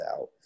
out